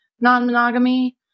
non-monogamy